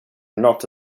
not